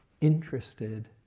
interested